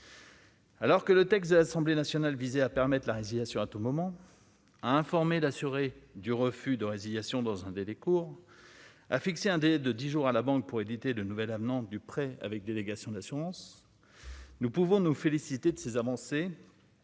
Alors que le texte de l'Assemblée nationale visait à permettre à la résiliation à tout moment à informer d'assurer du refus de résiliation dans un délai court, a fixé un délai de 10 jours à la banque pour éviter de nouvelles avenant du prêt avec délégation d'assurance, nous pouvons nous féliciter de ces avancées